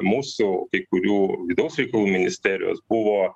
mūsų kai kurių vidaus reikalų ministerijos buvo